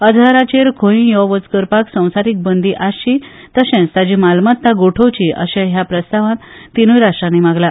अझहराचेर खंयूय यो वच करपाक संसारीक बंदी आसची तशेच ताची मालमत्ता गोठोवची अशें ह्या प्रस्तावांत तिनूय राष्ट्रानी मागला